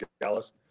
Dallas